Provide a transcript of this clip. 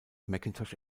macintosh